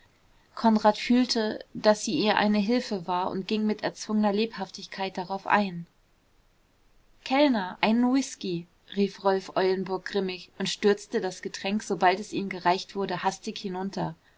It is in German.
konrad fühlte daß sie ihr eine hilfe war und ging mit erzwungener lebhaftigkeit darauf ein kellner einen whisky rief rolf eulenburg grimmig und stürzte das getränk sobald es ihm gereicht wurde hastig hinunter